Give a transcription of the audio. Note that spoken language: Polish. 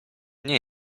nie